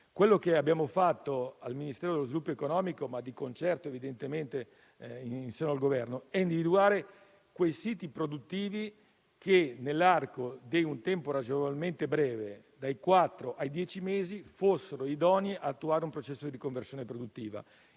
quello che abbiamo fatto al Ministero dello sviluppo economico, di concerto con il Governo, è individuare quei siti produttivi che, nell'arco di un tempo ragionevolmente breve, dai quattro ai dieci mesi, fossero idonei ad attuare un processo di riconversione produttiva,